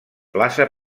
plaça